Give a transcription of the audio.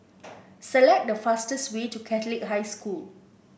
select the fastest way to Catholic High School